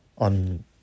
On